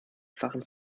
waren